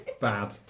bad